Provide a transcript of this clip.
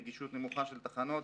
נגישות נמוכה של תחנות,